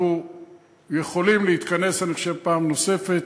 אנחנו יכולים להתכנס, אני חושב, פעם נוספת